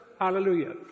Hallelujah